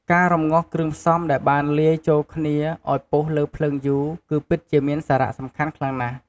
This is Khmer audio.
ការរម្ងាស់គ្រឿងផ្សំដែលបានលាយចូលគ្នាឱ្យពុះលើភ្លើងយូរ គឺពិតជាមានសារៈសំខាន់ខ្លាំងណាស់។